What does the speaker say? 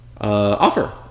offer